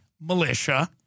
militia